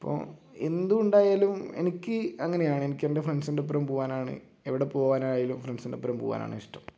അപ്പം എന്ത് ഉണ്ടായാലും എനിക്ക് അങ്ങനെയാണ് എനിക്ക് എൻ്റെ ഫ്രണ്ട്സിൻ്റെ ഒപ്പം പോവാനാണ് എവിടെ പോവാനായാലും ഫ്രണ്ട്സിൻ്റെ ഒപ്പം പോവാനാണ് ഇഷ്ടം